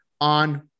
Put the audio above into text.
on